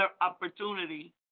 opportunity